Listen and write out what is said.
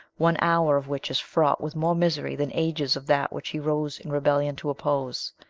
one hour of which is fraught with more misery than ages of that which he rose in rebellion to oppose!